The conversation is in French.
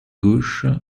gauche